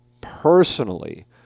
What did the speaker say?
personally